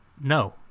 no